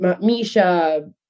Misha